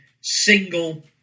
single